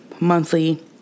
monthly